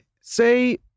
say